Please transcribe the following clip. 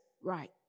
Right